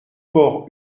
port